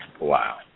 Wow